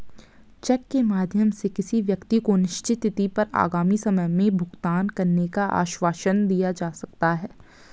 check के माध्यम से किसी व्यक्ति को निश्चित तिथि पर आगामी समय में भुगतान करने का आश्वासन दिया जा सकता है